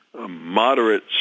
Moderate